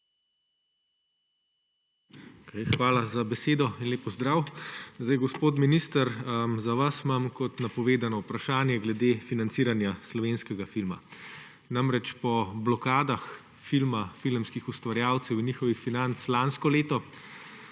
Hvala za besedo. En lep pozdrav! Gospod minister, za vas imam, kot napovedano, vprašanje glede financiranja slovenskega filma. Po blokadah filma, filmskih ustvarjalcev in njihovih financ lansko leto